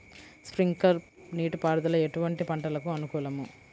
Sprinkler నీటిపారుదల ఎటువంటి పంటలకు అనుకూలము?